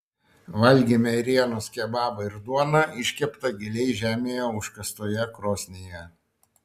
valgėme ėrienos kebabą ir duoną iškeptą giliai žemėje iškastoje krosnyje